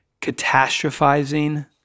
catastrophizing